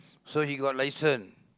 so he got license